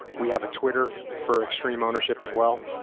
we have a twitter for extreme ownership, as well.